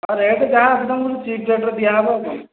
rate ଯାହା ଅଛି ତୁମକୁ ଠିକ୍ ରେଟ୍ରେ ଦିଆହେବ ଆଉ କ'ଣ